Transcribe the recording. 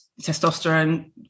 testosterone